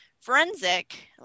forensic